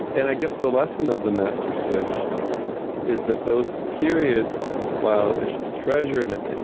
and i guess the lesson of the master switch is that those periods, while they should be treasured and,